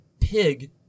pig